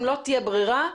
אם לא תהיה ברירה,